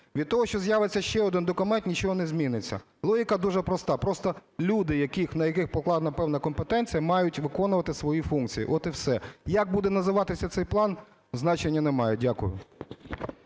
Від того, що з'явиться ще один документ, нічого не зміниться. Логіка дуже проста. Просто люди, на яких покладена певна компетенція, мають виконувати свої функції, от і все. Як буде називатися цей план, значення не має. Дякую.